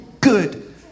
good